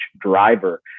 driver